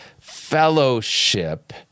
fellowship